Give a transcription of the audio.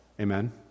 Amen